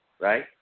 right